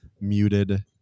muted